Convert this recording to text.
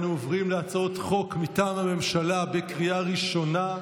אנו עוברים להצעות חוק מטעם הממשלה לקריאה ראשונה.